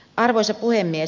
arvoisa puhemies